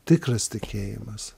tikras tikėjimas